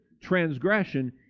Transgression